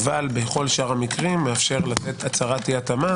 אך בכל שאר המקרים מאפשר לתת הצהרת אי התאמה